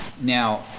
Now